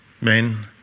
men